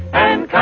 and